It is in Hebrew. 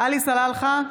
עלי סלאלחה,